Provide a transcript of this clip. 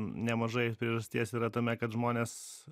nemažai priežasties yra tame kad žmonės